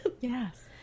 Yes